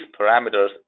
parameters